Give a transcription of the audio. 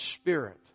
Spirit